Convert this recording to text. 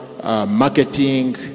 Marketing